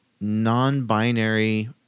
non-binary